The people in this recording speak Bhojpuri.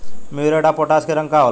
म्यूरेट ऑफ पोटाश के रंग का होला?